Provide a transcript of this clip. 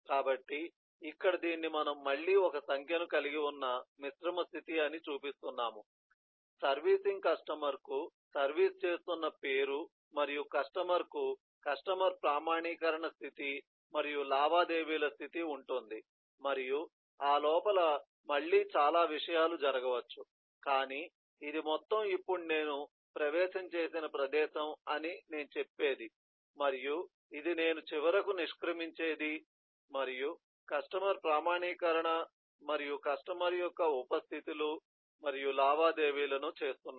కాబట్టి ఇక్కడ దీన్ని మనం మళ్ళీ ఒక సంఖ్యను కలిగి ఉన్న మిశ్రమ స్థితి అని చూపిస్తున్నాము సర్వీసింగ్ కస్టమర్కు సర్వీస్ చేస్తున్న పేరు మరియు కస్టమర్కు కస్టమర్ ప్రామాణీకరణ స్థితి మరియు లావాదేవీల స్థితి ఉంటుంది మరియు ఆ లోపల మళ్ళీ చాలా విషయాలు జరగవచ్చు కానీ ఇది మొత్తం ఇప్పుడు నేను ప్రవేశం చేసిన ప్రదేశం అని నేను చెప్పేది మరియు ఇది నేను చివరకు నిష్క్రమించేది మరియు కస్టమర్ ప్రామాణీకరణ మరియు కస్టమర్ యొక్క ఉప స్థితి లు మరియు లావాదేవీల ను చేస్తున్నాను